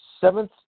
seventh